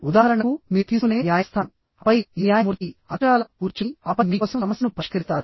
ఉదాహరణకు మీరు తీసుకునే న్యాయస్థానం ఆపై ఈ న్యాయమూర్తి అక్షరాలా కూర్చుని ఆపై మీ కోసం సమస్యను పరిష్కరిస్తారు